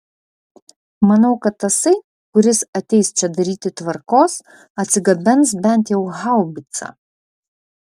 manau kad tasai kuris ateis čia daryti tvarkos atsigabens bent jau haubicą